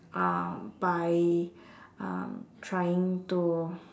uh by um trying to